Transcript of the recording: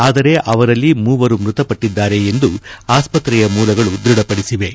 ಆದರೆ ಅವರಲ್ಲಿ ಮೂವರು ಮೃತಪಟ್ಟದ್ದಾರೆ ಎಂದು ಆಸ್ಪತ್ರೆಯ ಮೂಲಗಳು ದೃಢಪಡಿಸಿವೆ